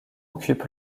occupe